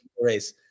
Race